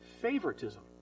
favoritism